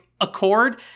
Accord